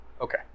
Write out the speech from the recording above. Okay